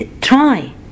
try